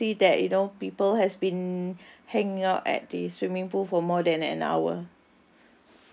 I can see that you know people has been hanging out at the swimming pool for more than an hour